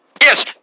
Yes